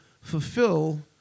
fulfill